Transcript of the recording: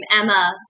Emma